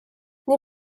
nii